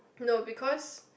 no because